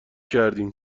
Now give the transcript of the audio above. کردیم